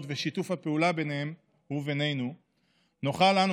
ושיתוף הפעולה ביניהן ובינינו נוכל אנו,